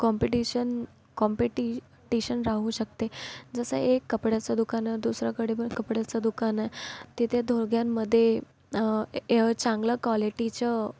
competition competition राहू शकते जसं एक कपड्याचं दुकान दुसरीकडे पण कपड्याचं दुकाने तिथे दोघांमध्ये चांगलं क्वालिटीचं